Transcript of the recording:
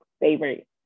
favorite